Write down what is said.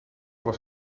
was